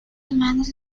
humanos